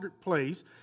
place